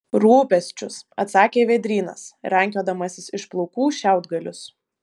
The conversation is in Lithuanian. rūpesčius atsakė vėdrynas rankiodamasis iš plaukų šiaudgalius